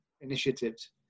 initiatives